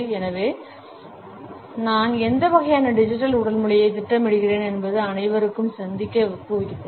எனவே நான் எந்த வகையான டிஜிட்டல் உடல் மொழியை திட்டமிடுகிறேன் என்று அனைவரையும் சிந்திக்க ஊக்குவித்தேன்